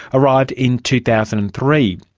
arrived in two thousand and three.